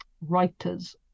writers